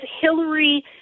Hillary